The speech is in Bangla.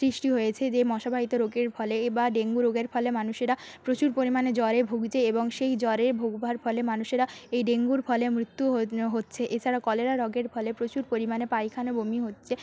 সৃষ্টি হয়েছে যে মশাবাহিত রোগের ফলে এবা ডেঙ্গু রোগের ফলে মানুষেরা প্রচুর পরিমাণে জ্বরে ভুগছে এবং সেই জ্বরে ভুগবার ফলে মানুষেরা এই ডেঙ্গুর ফলে মৃত্যুও হচ্ছে এছাড়া কলেরা রোগের ফলে প্রচুর পরিমাণে পায়খানা বমি হচ্ছে